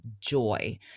joy